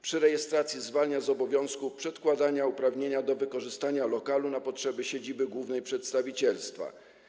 Przy rejestracji zwalnia z obowiązku przedkładania uprawnienia do wykorzystania lokalu na potrzeby siedziby głównej przedstawicielstwa.